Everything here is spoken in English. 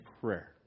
prayer